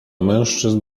mężczyzn